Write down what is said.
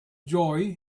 joy